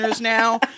now